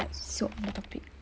like swap the topic